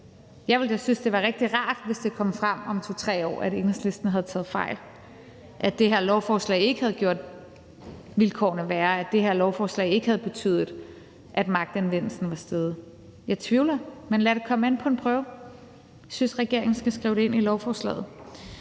Jeg ville da synes, det var rigtig rart, hvis det kom frem om 2-3 år, at Enhedslisten havde taget fejl, og at det her lovforslag ikke havde gjort vilkårene værre, at det her lovforslag ikke havde betydet, at magtanvendelsen var steget. Jeg tvivler, men lad det komme an på en prøve. Jeg synes, regeringen skal skrive det ind i lovforslaget.